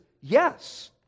yes